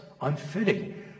unfitting